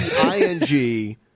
I-N-G